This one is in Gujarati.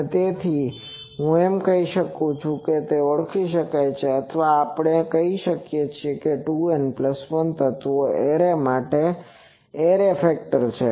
અને તેથી હું એમ કહી શકું છું કે તે ઓળખી શકાય છે અથવા આપણે કહી શકીએ કે 2N1 તત્વોવાળા એરે માટે આ એરે ફેક્ટર છે